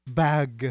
bag